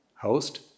host